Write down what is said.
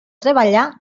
treballar